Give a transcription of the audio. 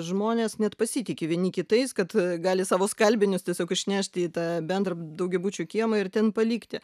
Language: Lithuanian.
žmonės net pasitiki vieni kitais kad gali savo skalbinius tiesiog išnešti į tą bendrą daugiabučio kiemą ir ten palikti